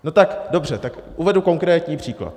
No tak dobře, uvedu konkrétní příklad.